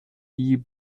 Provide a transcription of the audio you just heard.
die